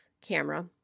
camera